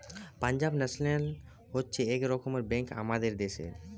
Punjab national হচ্ছে এক রকমের ব্যাঙ্ক আমাদের দ্যাশের